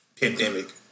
pandemic